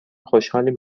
خوشحالیم